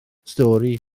stori